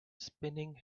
spinning